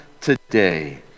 today